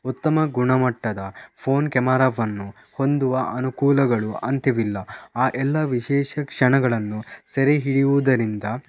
ಉತ್ತಮ ಗುಣಮಟ್ಟದ ಫೋನ್ ಕ್ಯಾಮರಾವನ್ನು ಹೊಂದುವ ಅನುಕೂಲಗಳು ಅಂತ್ಯವಿಲ್ಲ ಆ ಎಲ್ಲ ವಿಶೇಷ ಕ್ಷಣಗಳನ್ನು ಸೆರೆಹಿಡಿಯುವುದರಿಂದ